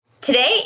Today